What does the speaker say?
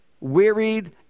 wearied